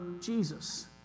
Jesus